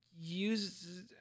Use